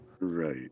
Right